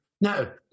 No